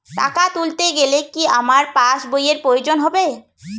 টাকা তুলতে গেলে কি আমার পাশ বইয়ের প্রয়োজন হবে?